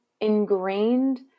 ingrained